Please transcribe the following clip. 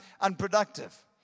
unproductive